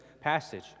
passage